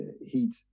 heat